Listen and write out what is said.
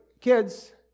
kids